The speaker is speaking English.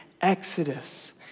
Exodus